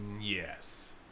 Yes